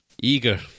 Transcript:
eager